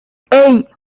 hey